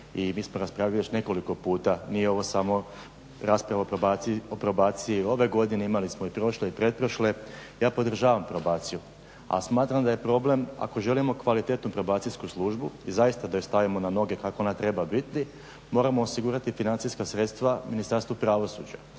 I mi smo raspravljali još nekoliko puta. Nije ovo samo rasprava o probaciji ove godine, imali smo i prošle i pretprošle. Ja podržavam probaciju, ali smatram da je problem ako želimo kvalitetnu probacijsku službu i zaista da je stavimo na noge kako ona treba biti moramo osigurati financijska sredstva Ministarstvu pravosuđa.